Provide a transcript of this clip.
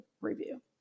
review